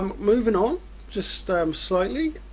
um moving on just ah um slightly,